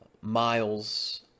miles